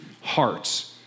hearts